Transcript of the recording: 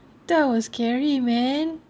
that was scary man